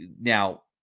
now